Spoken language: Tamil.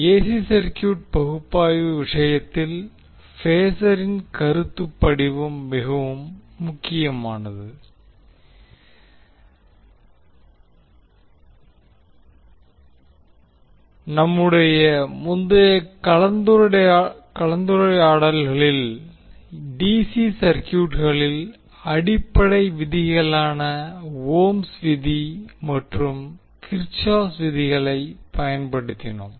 ஏசி சர்கியூட் பகுப்பாய்வு விஷயத்தில் பேஸரின் கருத்துப்படிவம் மிகவும் முக்கியமானது நம்முடைய முந்தைய கலந்துரையாடல்களில் டிசி சர்க்யூட்களில் அடிப்படை விதிகளான ஒம்ஸ் Ohm's விதி மற்றும் கிர்சாப்ஸ் kirchoff's விதிகளை பயன்படுத்தினோம்